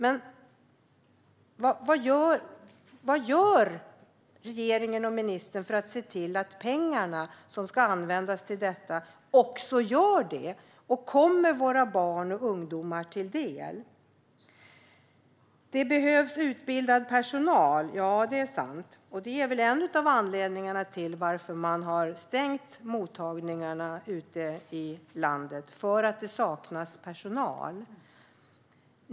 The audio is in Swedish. Vad gör regeringen och ministern för att se till att pengarna används till vad de ska användas till och kommer våra barn och ungdomar till del? Det behövs utbildad personal. Ja, det är sant. Det är väl en av anledningarna till att man har stängt mottagningarna ute i landet - att det saknas personal.